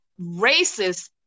racist